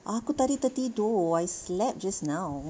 aku tadi tertidur I slept just now